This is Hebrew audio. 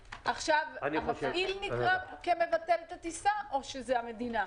המפעיל נקרה מבטל הטיסה או זה המדינה?